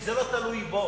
כי זה לא תלוי בו.